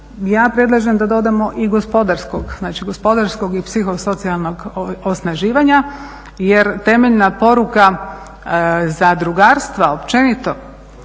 gospodarskog, znači gospodarskog i psihosocijalnog osnaživanja jer temeljna poruka zadrugarstva općenito,